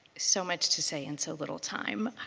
so much to say and so little time.